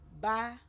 Bye